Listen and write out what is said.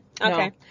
Okay